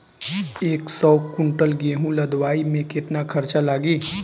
एक सौ कुंटल गेहूं लदवाई में केतना खर्चा लागी?